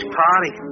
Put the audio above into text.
party